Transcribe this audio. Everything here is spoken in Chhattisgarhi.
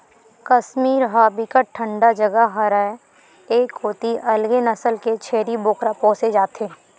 कस्मीर ह बिकट ठंडा जघा हरय ए कोती अलगे नसल के छेरी बोकरा पोसे जाथे